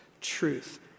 truth